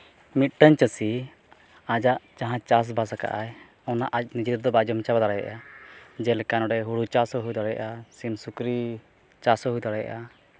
ᱢᱤᱫᱴᱟᱝ ᱪᱟᱹᱥᱤ ᱟᱡᱟᱜ ᱡᱟᱦᱟᱸ ᱪᱟᱥᱵᱟᱥᱟᱠᱟᱜᱼᱟᱭ ᱚᱱᱟ ᱟᱡᱽ ᱱᱤᱡᱮ ᱛᱮᱫᱚ ᱵᱟᱭ ᱡᱚᱢ ᱪᱟᱵᱟ ᱫᱟᱲᱭᱟᱜᱼᱟ ᱡᱮᱞᱮᱠᱟ ᱱᱚᱸᱰᱮ ᱦᱩᱲᱩ ᱪᱟᱥ ᱦᱚᱸ ᱦᱩᱭ ᱫᱟᱲᱭᱟᱜᱼᱟ ᱥᱤᱢ ᱥᱩᱠᱨᱤ ᱪᱟᱥ ᱦᱚᱸ ᱦᱩᱭ ᱫᱟᱲᱭᱟᱜᱼᱟ